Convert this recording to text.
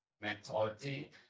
mentality